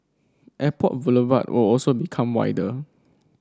Airport Boulevard will also become wider